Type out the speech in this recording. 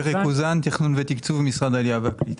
מתכנון ותקצוב, משרד העלייה והקליטה.